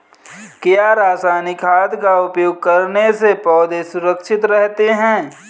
क्या रसायनिक खाद का उपयोग करने से पौधे सुरक्षित रहते हैं?